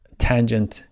tangent